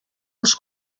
els